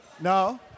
No